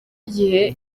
gihe